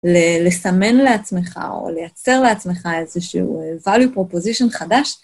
לסמן לעצמך או לייצר לעצמך איזשהו value proposition חדש.